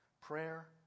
Prayer